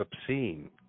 obscene